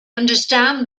understand